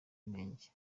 inenge